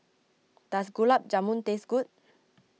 does Gulab Jamun taste good